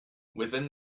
within